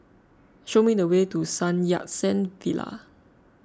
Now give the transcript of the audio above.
show me the way to Sun Yat Sen Villa